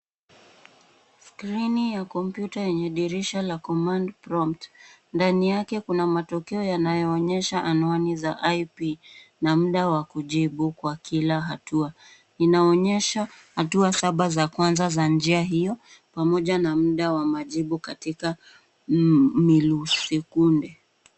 Skrini ya kompyuta yenye dirisha la command prompt . Ndani yake kuna matokeo yanayoonyesha anwani za IP na muda wa kujibu kwa kila hatua. Inaonyesha hatua saba za kwanza za njia hiyo pamoja na muda wa majibu katika milusekunde.